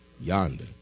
yonder